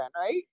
right